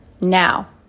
Now